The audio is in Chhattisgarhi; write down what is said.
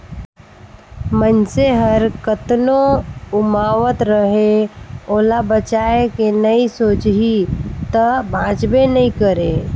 मइनसे हर कतनो उमावत रहें ओला बचाए के नइ सोचही त बांचबे नइ करे